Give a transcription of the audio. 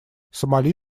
сомали